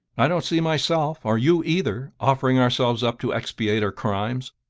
i don't see myself or you either offering ourselves up to expiate her crimes.